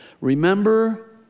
Remember